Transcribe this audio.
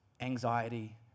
anxiety